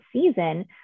season